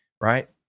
right